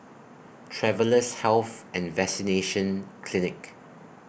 Travellers' Health and Vaccination Clinic